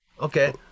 Okay